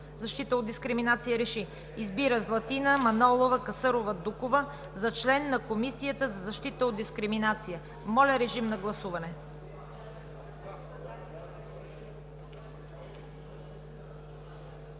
защита от дискриминация РЕШИ: Избира Златина Манолова Касърова-Дукова за член на Комисията за защита от дискриминация.“ Моля, режим на гласуване.